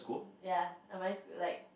ya am I schooled like